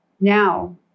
Now